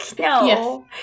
no